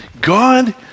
God